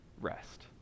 rest